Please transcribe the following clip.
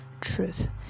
truth